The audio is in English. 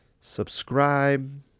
subscribe